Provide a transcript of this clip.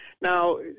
Now